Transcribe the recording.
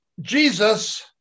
Jesus